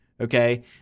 Okay